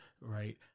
right